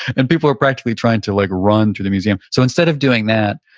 and people are practically trying to like run through the museum. so instead of doing that,